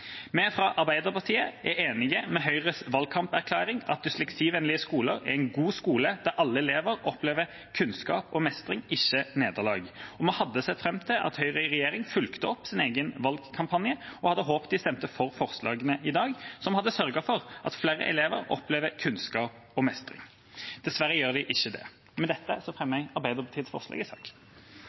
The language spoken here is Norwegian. Vi fra Arbeiderpartiet er enig i Høyres valgkamperklæring om at en dysleksivennlige skole er en god skole der alle elever opplever kunnskap og mestring, ikke nederlag. Vi hadde sett fram til at Høyre i regjering fulgte opp sin egen valgkampanje, og vi hadde håpet at de stemte for forslaget i dag, som hadde sørget for at flere elever opplever kunnskap og mestring. Dessverre gjør de ikke det. Med dette tar jeg opp det forslaget Arbeiderpartiet har sammen med andre i